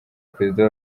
perezida